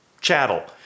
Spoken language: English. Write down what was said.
Chattel